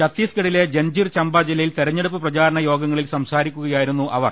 ഛത്തീസ്ഗഡിലെ ജൻജിർ ചമ്പ ജില്ലയിൽ തെരഞ്ഞെടുപ്പ് പ്രചാരണ യോഗങ്ങളിൽ സംസാരിക്കു കയായിരുന്നു അവർ